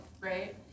right